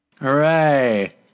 Hooray